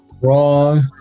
wrong